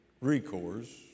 recourse